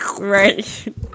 Right